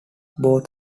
both